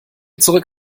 zurück